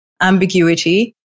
ambiguity